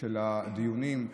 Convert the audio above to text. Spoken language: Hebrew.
של הדיונים,